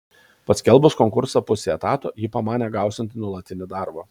paskelbus konkursą pusei etato ji pamanė gausianti nuolatinį darbą